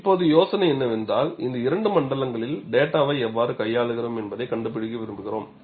இப்போது யோசனை என்னவென்றால் இந்த இரண்டு மண்டலங்களில் டேட்டாவை எவ்வாறு கையாளுகிறோம் என்பதைக் கண்டுபிடிக்க விரும்புகிறோம்